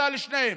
החלטה לשתיהן.